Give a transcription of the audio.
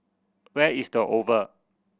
where is The Oval